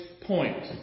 point